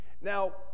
Now